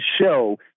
show